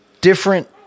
different